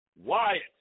Wyatt